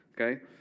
Okay